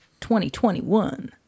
2021